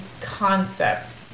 concept